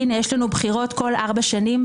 הינה יש לנו בחירות בכל ארבע שנים,